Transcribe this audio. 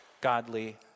godly